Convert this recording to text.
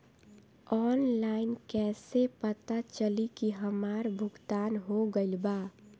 Online कईसे पता चली की हमार भुगतान हो गईल बा?